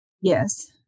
Yes